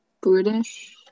British